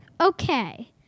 Okay